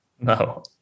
No